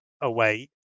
away